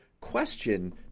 question